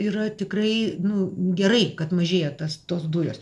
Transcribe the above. yra tikrai nu gerai kad mažėja tas tos dujos